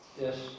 Yes